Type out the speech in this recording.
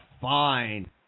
Fine